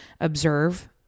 observe